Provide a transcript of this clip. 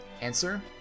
Answer